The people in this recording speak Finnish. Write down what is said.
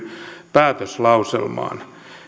päätöslauselmaan